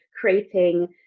creating